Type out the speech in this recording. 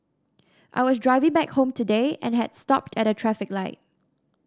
I was driving back home today and had stopped at a traffic light